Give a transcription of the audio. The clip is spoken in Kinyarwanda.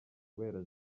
kubera